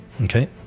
Okay